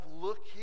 looking